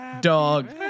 dog